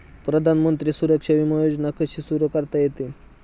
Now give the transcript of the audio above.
प्रधानमंत्री सुरक्षा विमा योजना कशी सुरू करता येते?